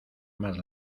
más